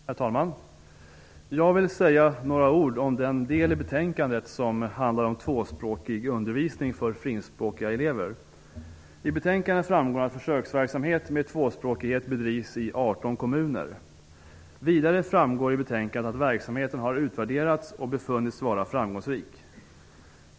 Herr talman! Jag vill säga några ord om den del i betänkandet som handlar om tvåspråkig undervisning för finskspråkiga elever. I betänkandet framgår att försöksverksamhet med tvåspråkighet bedrivs i 18 kommuner. Vidare framgår i betänkandet att verksamheten har utvärderats och befunnits vara framgångsrik.